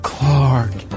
Clark